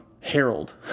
Harold